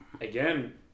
again